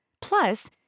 Plus